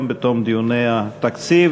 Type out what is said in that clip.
בתום דיוני התקציב,